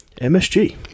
MSG